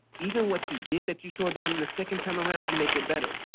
even what you did that you tore down the second time around, you make it better.